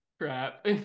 crap